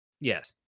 Yes